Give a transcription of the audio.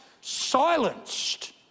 silenced